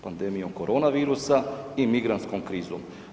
Pandemijom korona virusa i migrantskom krizom.